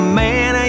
man